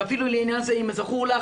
ואפילו לעניין זה אם זכור לך,